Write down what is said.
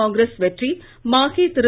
காங்கிரஸ் வெற்றி மாஹே திரு